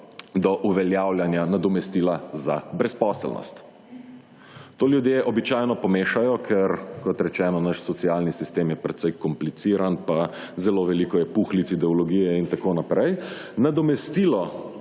do uveljavljanja nadomestila za brezposelnost. To ljudje običajno pomešajo, ker, kot rečeno, naš socialni sistem je precej kompliciran, pa zelo veliko je puhlic, ideologije in tako naprej. Nadomestilo